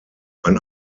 ein